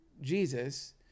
Jesus